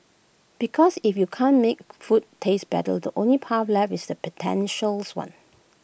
because if you can't make food taste better the only path left is the pretentious one